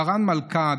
מרן מלכא,